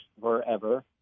forever